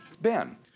Ben